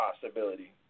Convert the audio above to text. possibility